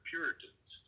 Puritans